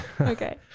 Okay